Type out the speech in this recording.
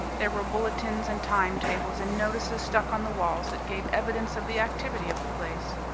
there were bulletins and time-tables and notices stuck on the walls that gave evidence of the activity of the place.